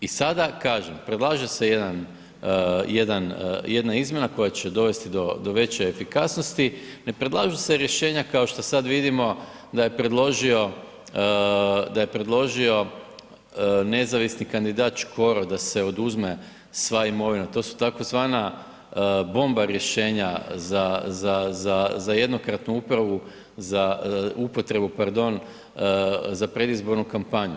I sada kažem, predlaže se jedna izmjena koja će dovesti do veće efikasnosti, ne predlažu se rješenja kao što sad vidimo da je predložio nezavisni kandidat Škoro da se oduzme sva imovina, to su tzv. bomba rješenja za jednokratnu upravu, za upotrebu pardon, za predizbornu kampanju.